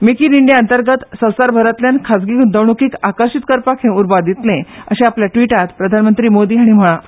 make in India अंतर्गत संवसारभरातल्यान खासगी ग्रंतवण्कीक आकर्षित करपाक हे उर्बा दितले अशे आपल्या ट्रिटात प्रधानमंत्री मोदी हाणी म्हळा